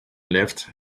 left